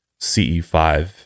ce5